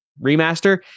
remaster